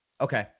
Okay